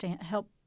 help